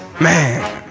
Man